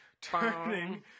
turning